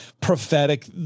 prophetic